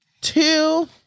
two